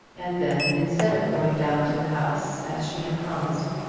and then, instead of going down to the house as she had promised,